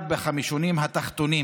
בחמישונים התחתונים: